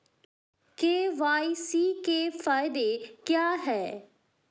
KYC के फायदे क्या है?